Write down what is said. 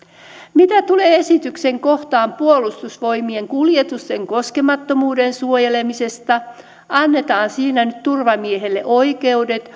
mitä tulee esityksen kohtaan puolustusvoimien kuljetusten koskemattomuuden suojelemisesta annetaan siinä nyt turvamiehelle oikeudet